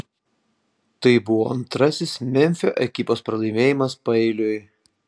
tai buvo antrasis memfio ekipos pralaimėjimas paeiliui